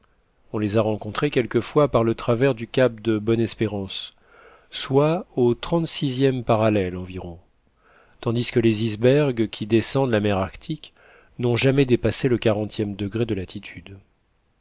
on les a rencontrées quelquefois par le travers du cap de bonneespérance soit au trente sixième parallèle environ tandis que les icebergs qui descendent la mer arctique n'ont jamais dépassé le quarantième degré de latitude